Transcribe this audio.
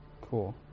Cool